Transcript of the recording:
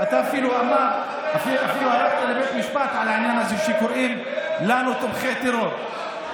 אתה אפילו הלכת לבית משפט על העניין הזה שקוראים לנו "תומכי טרור".